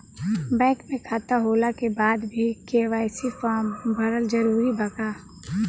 Bank में खाता होला के बाद भी के.वाइ.सी फार्म भरल जरूरी बा का?